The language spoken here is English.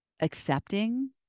accepting